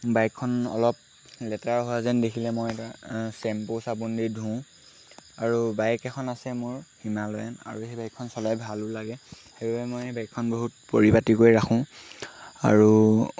বাইকখন অলপ লেতেৰা হোৱা যেন দেখিলে মই এটা চেম্পু চাবোন দি ধুওঁ আৰু বাইক এখন আছে মোৰ হিমালয়ান আৰু সেই বাইকখন চলাই ভালো লাগে সেইবাবে মই সেই বাইকখন বহুত পৰিপাতিকৈ ৰাখোঁ আৰু